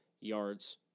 yards